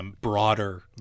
Broader